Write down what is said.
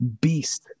beast